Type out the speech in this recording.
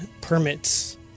permits